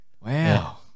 wow